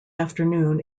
afternoon